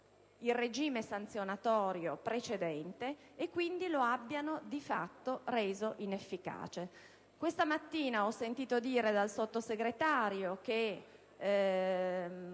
il regime sanzionatorio precedente, rendendolo di fatto inefficace. Questa mattina ho sentito dire dal Sottosegretario, con